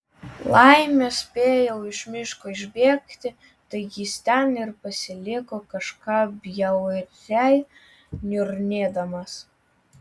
laimė spėjau iš miško išbėgti tai jis ten ir pasiliko kažką bjauriai niurnėdamas